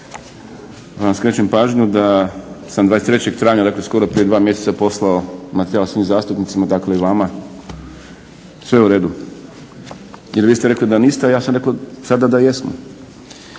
vam skrećem pažnju da sam 23. travnja, dakle skoru prije 2 mjeseca poslao materijal svim zastupnicima, dakle i vama, sve je u redu. Jer vi ste rekli da niste, a ja sam rekao sada da jesmo.